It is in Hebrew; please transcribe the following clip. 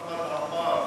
עמאר,